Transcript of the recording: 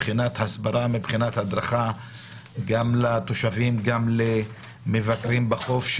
מה קורה מבחינת הסברה והדרכה גם לתושבים וגם למבקרים בחוף?